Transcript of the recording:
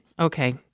Okay